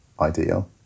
ideal